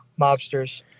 mobsters